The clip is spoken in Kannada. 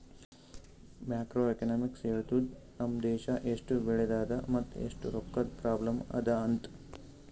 ಮ್ಯಾಕ್ರೋ ಎಕನಾಮಿಕ್ಸ್ ಹೇಳ್ತುದ್ ನಮ್ ದೇಶಾ ಎಸ್ಟ್ ಬೆಳದದ ಮತ್ ಎಸ್ಟ್ ರೊಕ್ಕಾದು ಪ್ರಾಬ್ಲಂ ಅದಾ ಅಂತ್